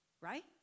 Right